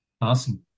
Awesome